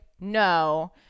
no